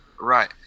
Right